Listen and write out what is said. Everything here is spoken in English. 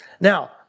Now